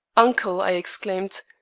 uncle, i exclaimed,